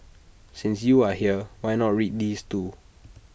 since you are here why not read these too